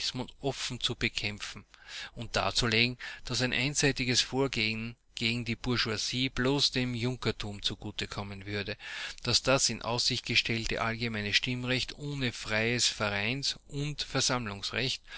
offen zu bekämpfen und darzulegen daß ein einseitiges vorgehen gegen die bourgeoisie bloß dem junkertum zugute kommen würde daß das in aussicht gestellte allgemeine stimmrecht ohne freies vereins und